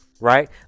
right